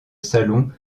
salon